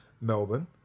Melbourne